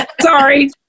sorry